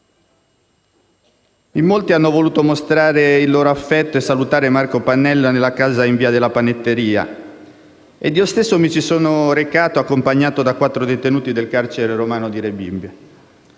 In molti hanno voluto mostrare il loro affetto e salutare Marco Pannella nella casa in via della Panetteria, dove io stesso mi sono recato, accompagnato da quattro detenuti del carcere romano di Rebibbia.